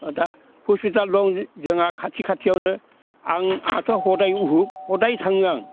दा हस्पिटाल दं जोंहा खाथि खाथियावनो आं हाथ' हदाय उसुख हदाय थाङो आं